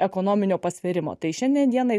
ekonominio pasvėrimo tai šiandien dienai